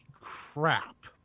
crap